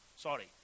Sorry